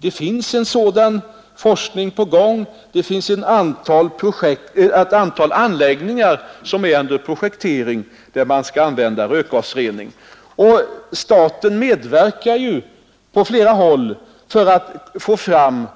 Det finns en sådan forskning på gång, och det finns ett antal anläggningar som är under projektering där man skall använda rökgasrening. Staten medverkar ju på flera håll för att få fram